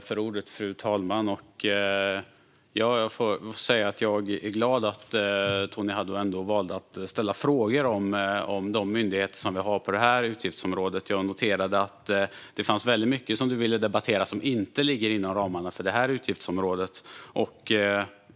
Fru talman! Jag får säga att jag är glad över att Tony Haddou ändå valde att ställa frågor om de myndigheter som vi har i detta utgiftsområde. Jag noterade att det fanns väldigt mycket som du, Tony Haddou, ville debattera som inte ligger inom ramarna för detta utgiftsområde.